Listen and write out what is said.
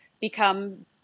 become